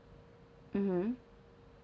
mm hmm